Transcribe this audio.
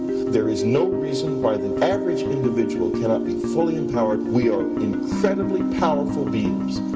there is no reason why the average individual cannot be fully empowered. we are incredibly powerful beings.